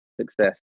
success